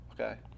Okay